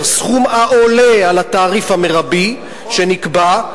סכום העולה על התעריף המרבי שנקבע",